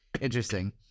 Interesting